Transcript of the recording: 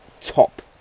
top